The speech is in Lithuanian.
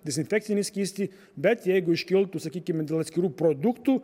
dezinfekcinį skystį bet jeigu iškiltų sakykim dėl atskirų produktų